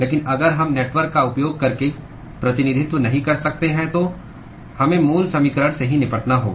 लेकिन अगर हम नेटवर्क का उपयोग करके प्रतिनिधित्व नहीं कर सकते हैं तो हमें मूल समीकरण से ही निपटना होगा